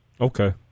Okay